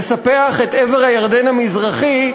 לספח את עבר הירדן המזרחי,